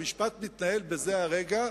כשהמשפט מתנהל בזה הרגע,